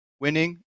winning